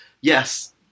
yes